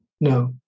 No